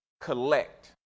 collect